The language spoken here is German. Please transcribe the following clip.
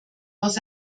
aus